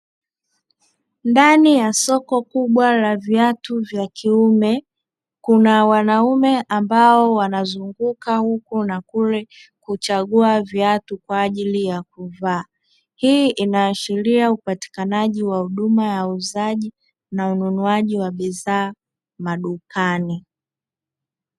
Ndani ya soko kubwa la viatu vya kiume, kuna wanaume ambao wanazunguka huku na kule kuchagua viatu kwa ajili ya kuvaa. Hii inaashiria upatikanaji wa huduma ya uuzaji na ununuaji wa bidhaa madukani.